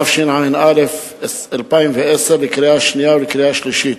התשע"א 2010, לקריאה שנייה ולקריאה שלישית.